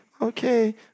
Okay